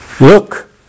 Look